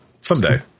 Someday